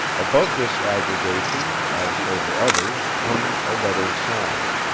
above this aggregation, as over others, hung a lettered sign.